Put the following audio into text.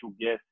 guest